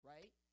Right